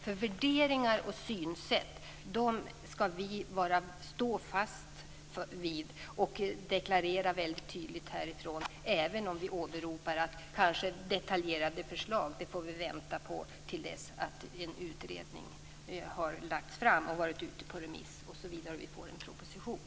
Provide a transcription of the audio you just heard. Värderingar och synsätt skall vi stå fast vid och väldigt tydligt deklarera härifrån, även om vi åberopar att vi kanske får vänta på detaljerade förslag till dess att en utredning har lagts fram, varit ute på remiss osv. och vi får en proposition.